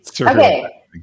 Okay